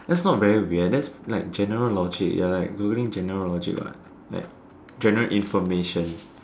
that's not very weird that's like general logic ya like Googling general logic what general information